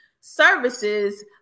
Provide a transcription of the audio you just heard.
services